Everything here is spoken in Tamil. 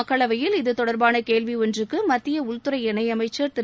மக்களவையில் இத்தொடர்பான கேள்வி ஒன்றுக்கு மத்திய உள்துறை இணையமைச்சர் திரு